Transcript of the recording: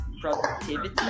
productivity